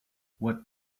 what